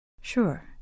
Sure